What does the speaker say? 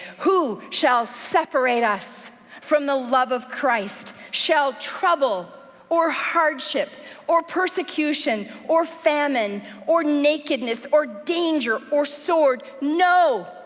who shall separate us from the love of christ? shall trouble or hardship or persecution or famine or nakedness or danger or sword? no,